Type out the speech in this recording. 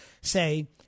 say